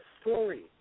story